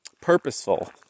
purposeful